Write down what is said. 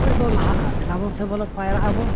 ᱚᱠᱚᱭ ᱵᱚ ᱞᱟᱦᱟᱜᱼᱟ ᱫᱮᱞᱟ ᱵᱚᱱ ᱥᱮ ᱵᱚᱞᱮ ᱯᱟᱭᱨᱟᱜᱼᱟ ᱟᱵᱚᱱ